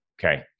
Okay